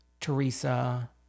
Teresa